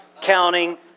counting